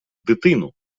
дитину